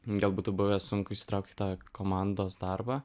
gal būtų buvę sunku įsitraukti į tą komandos darbą